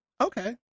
Okay